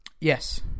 Yes